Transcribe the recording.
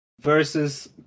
versus